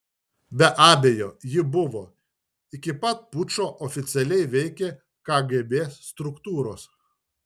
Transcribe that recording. be abejo ji buvo iki pat pučo oficialiai veikė kgb struktūros